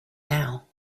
now